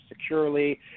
securely